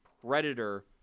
predator